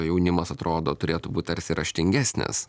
jaunimas atrodo turėtų būti tarsi raštingesnis